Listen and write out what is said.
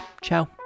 ciao